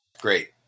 great